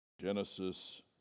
Genesis